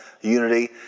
unity